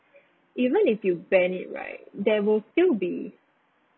even if you ban it right there will still be